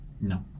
No